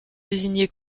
désigné